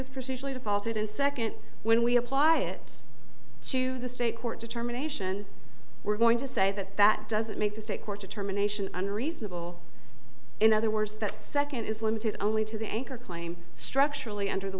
procedurally defaulted and second when we apply it to the state court determination we're going to say that that doesn't make the state court determination unreasonable in other words that second is limited only to the anchor claim structurally under the